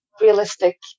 realistic